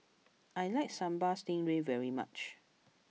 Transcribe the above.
I like Sambal Stingray very much